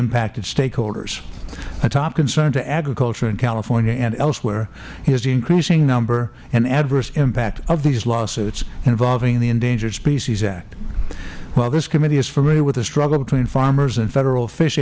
impacted stakeholders a top concern to agriculture in california and elsewhere is the increasing number and adverse impact of these lawsuits involving the endangered species act while this committee is familiar with the struggle between farmers and federal fish